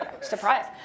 surprise